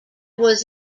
was